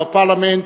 our parliament,